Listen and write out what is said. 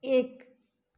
एक